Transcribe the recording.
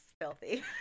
filthy